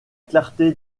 clarté